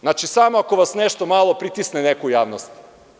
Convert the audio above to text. Znači, samo ako vas nešto malo pritisne neko u javnosti.